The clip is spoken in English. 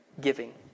giving